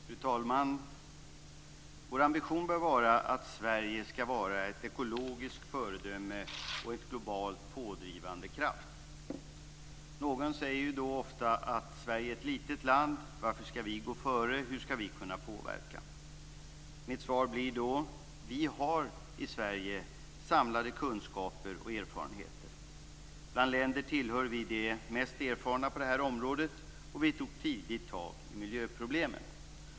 Fru talman! Vår ambition bör vara att Sverige skall vara ett ekologiskt föredöme och en globalt pådrivande kraft. Några säger ofta att Sverige är ett litet land - varför skall vi gå före, och hur skall vi kunna påverka? Mitt svar blir då: Vi har i Sverige samlat kunskaper och erfarenheter. Bland länder tillhör vi de mest erfarna på det här området, och vi tog tidigt tag i miljöproblemen.